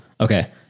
Okay